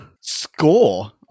Score